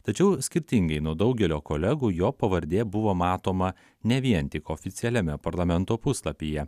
tačiau skirtingai nuo daugelio kolegų jo pavardė buvo matoma ne vien tik oficialiame parlamento puslapyje